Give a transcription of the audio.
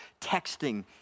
texting